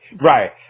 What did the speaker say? Right